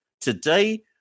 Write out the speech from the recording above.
Today